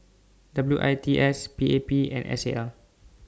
W I P S P A P and S A L